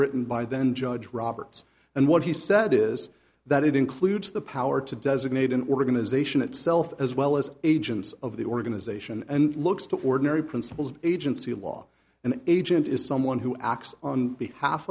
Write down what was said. written by then judge roberts and what he said is that it includes the power to designate an organization itself as well as agents of the organization and looks to ordinary principles of agency of law an agent is someone who acts on behalf